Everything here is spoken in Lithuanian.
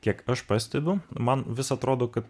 kiek aš pastebiu man vis atrodo kad